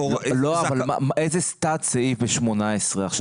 באיזה תת-סעיף ב-18 אנחנו דנים עכשיו?